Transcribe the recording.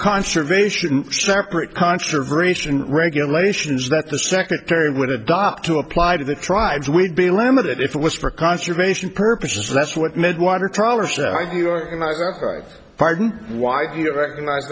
conservation separate conservation regulations that the secretary would adopt to apply to the tribes we'd be limited if it was for conservation purposes that's what mid water trawlers pardon why do you recognize